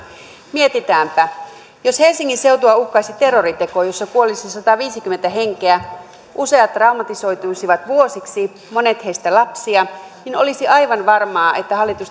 mietitäänpä jos helsingin seutua uhkaisi terroriteko jossa kuolisi sataviisikymmentä henkeä useat traumatisoituisivat vuosiksi monet heistä lapsia niin olisi aivan varmaa että hallitus